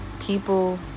People